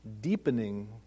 deepening